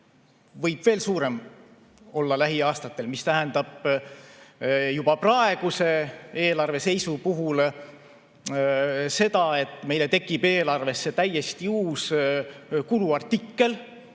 veel suurem olla, mis tähendab praeguse eelarve seisu puhul seda, et meil tekib eelarvesse täiesti uus kuluartikkel,